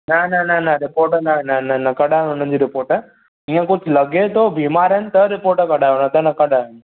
न न न न रीपोट न न न न कढायो हुनजी रिपोट इहो कुझु लॻे थो बीमार त रिपोट कढायो न त न कढाए